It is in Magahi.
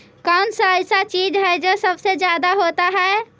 कौन सा ऐसा चीज है जो सबसे ज्यादा होता है?